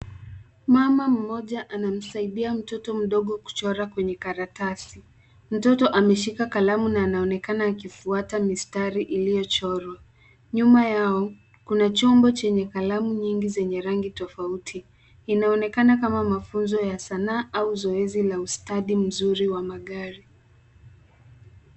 Mama mmoja anamsadia mtoto mdogo kuchora kwenye karatasi. Mtoto ameshika kalamu na anaonekana akifuata mistari iliyochorwa. Nyuma yao kuna chombo chenye kalamu nyingi zenye rangi tofauti. Inaonekana kama mafunzo ya sanaa au zoezi la ustadi mzuri wa magari.